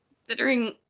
Considering